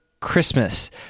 Christmas